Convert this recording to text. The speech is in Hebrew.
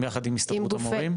עם הסתדרות המורים?